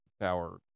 Power